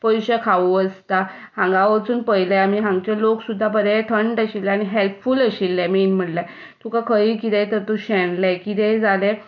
पयशे खावू आसता हांगा वचून पयलें आमी हांगचे लोक सुद्दां बरे थंड आशिल्ले आनी हॅल्पफूल आशिल्ले मेन म्हणल्यार तुका खंयीय कितें तर तूं शेणलें कितेंय जालें